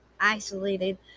isolated